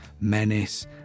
menace